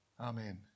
Amen